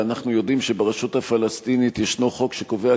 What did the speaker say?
אנחנו יודעים שברשות הפלסטינית יש חוק שקובע